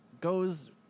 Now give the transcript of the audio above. goes